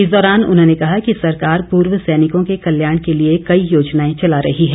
इस दौरान उन्होंने कहा कि सरकार पूर्व सैनिकों के कल्याण के लिए कई योजनाएं चला रही है